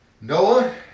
Noah